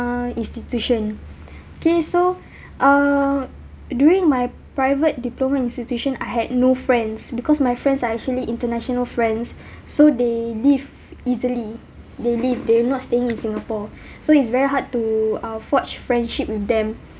institution okay so uh during my private diploma institution I had no friends because my friends are actually international friends so they leave easily they leave they're not staying in singapore so it's very hard to uh forge friendship with them